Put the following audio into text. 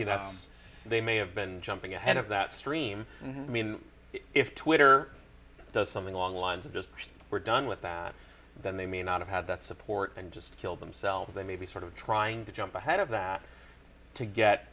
that's they may have been jumping ahead of that stream and i mean if twitter does something along the lines of just we're done with that then they may not have that support and just kill themselves they may be sort of trying to jump ahead of that to get